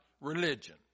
religion